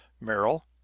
Merrill